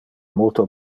multo